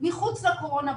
מחוץ לקורונה,